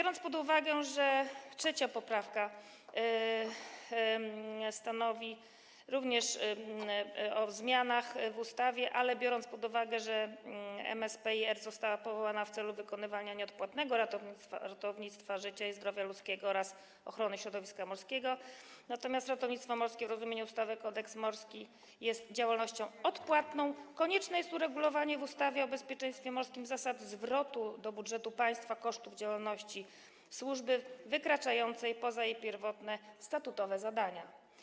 3. poprawka również stanowi o zmianach w ustawie, ale biorąc pod uwagę, że MSPiR została powołana w celu wykonywania nieodpłatnego ratownictwa życia i zdrowia ludzkiego oraz ochrony środowiska morskiego, natomiast ratownictwo morskie w rozumieniu ustawy Kodeks morski jest działalnością odpłatną, konieczne jest uregulowanie w ustawie o bezpieczeństwie morskim zasad zwrotu do budżetu państwa kosztów działalności służby wykraczającej poza jej pierwotne, statutowe zadania.